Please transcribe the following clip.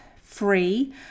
free